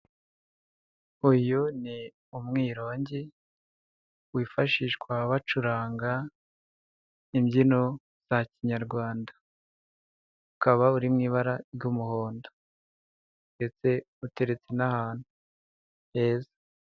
Uyu ni umwirongi wifashishwa bacuranga imbyino za kinyarwanda, ukaba uri mu ibara ry'umuhondo ndetse uteretse n'ahantu heza.